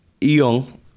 young